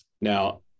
now